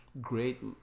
great